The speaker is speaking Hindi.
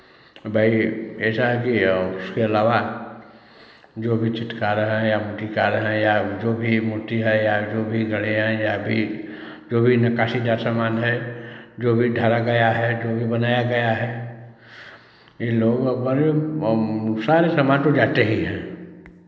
ऐसा ही कि और उसके अलावा जो भी चित्रकार हैं या मूर्तिकार हैं या जो भी मूर्ति है या जो भी भी जो भी नक्काशीदार सामान है जो भी ढाला गया है जो भी बनाया गया है इनलोगों का मतलब सारे सामान तो जाते ही हैं